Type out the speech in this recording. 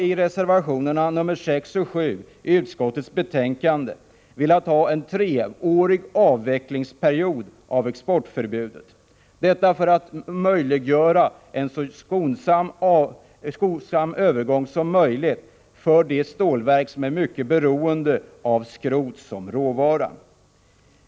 I reservationerna 6 och 7 vid utskottets betänkande föreslår vi en treårig avvecklingsperiod av exportförbudet, detta för att möjliggöra en så skonsam övergång som möjligt för de stålverk som är mycket beroende av skrot som råvara.